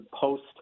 post